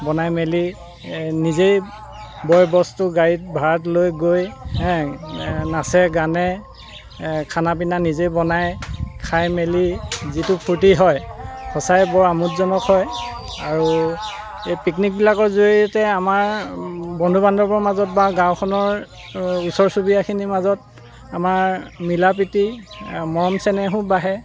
বনাই মেলি নিজে বয় বস্তু গাড়ীত ভাড়াত লৈ গৈ হে নাচে গানে খানা পিনা নিজে বনাই খাই মেলি যিটো ফূৰ্তি হয় সঁচাই বৰ আমোদজনক হয় আৰু এ পিকনিকবিলাকৰ জৰিয়তে আমাৰ বন্ধু বান্ধৱৰ মাজত বা গাঁওখনৰ ওচৰ চুবুৰীয়াখিনিৰ মাজত আমাৰ মিলা প্ৰীতি মৰম চেনেহো বাঢ়ে